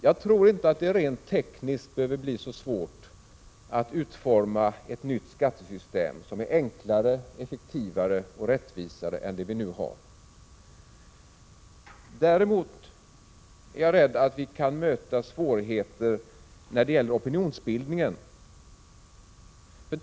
Jag tror inte att det rent tekniskt behöver bli så svårt att utforma ett nytt skattesystem som är enklare, effektivare och rättvisare än det vi nu har. Däremot är jag rädd för att vi kan möta svårigheter när det gäller opinionsbildningen.